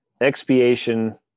expiation